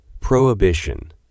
Prohibition